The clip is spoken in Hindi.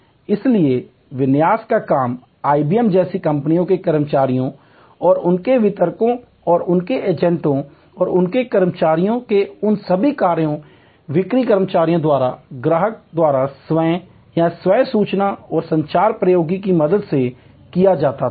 और इसलिए विन्यास का काम आईबीएम जैसी कंपनियों के कर्मचारियों और उनके वितरकों और उनके एजेंटों उनके कर्मचारियों के उन सभी कार्यों बिक्री कर्मचारियों द्वारा ग्राहक द्वारा स्वयं या स्वयं सूचना और संचार प्रौद्योगिकी की मदद से किया जाता था